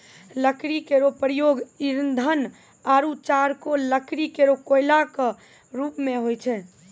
लकड़ी केरो प्रयोग ईंधन आरु चारकोल लकड़ी केरो कोयला क रुप मे होय छै